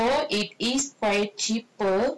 even though it is quite cheaper